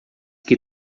que